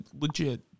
legit